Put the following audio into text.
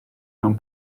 mewn